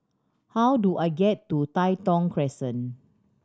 how do I get to Tai Thong Crescent